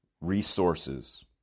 resources